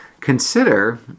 consider